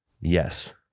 Yes